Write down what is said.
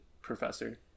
professor